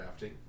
crafting